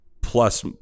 plus